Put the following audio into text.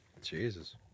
Jesus